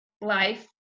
life